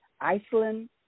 Iceland